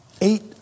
Eight